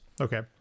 okay